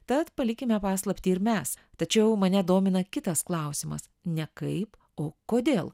tad palikime paslaptį ir mes tačiau mane domina kitas klausimas ne kaip o kodėl